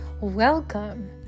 Welcome